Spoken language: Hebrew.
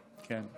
כן.